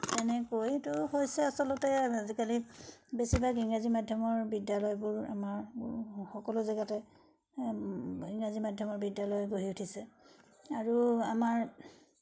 কেনেকৈতো হৈছে আচলতে আজিকালি বেছিভাগ ইংৰাজী মাধ্যমৰ বিদ্যালয়বোৰ আমাৰ সকলো জেগাতে ইংৰাজী মাধ্যমৰ বিদ্যালয় গঢ়ি উঠিছে আৰু আমাৰ